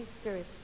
Spirit